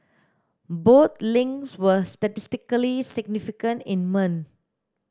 both links were statistically significant in men